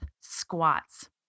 squats